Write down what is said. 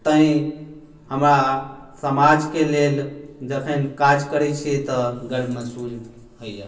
तैं हमरा समाजके लेल जखन काज करै छियै तऽ गर्व महसूस होइया